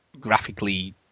graphically